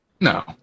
No